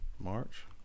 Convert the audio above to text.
March